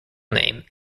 name